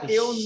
eu